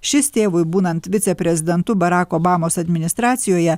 šis tėvui būnant viceprezidentu barako obamos administracijoje